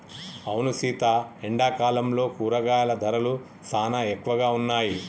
అవును సీత ఎండాకాలంలో కూరగాయల ధరలు సానా ఎక్కువగా ఉన్నాయి